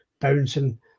bouncing